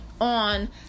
on